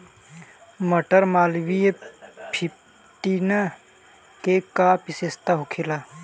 मटर मालवीय फिफ्टीन के का विशेषता होखेला?